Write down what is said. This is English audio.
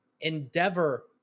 Endeavor